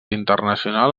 internacional